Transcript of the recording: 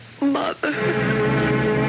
Mother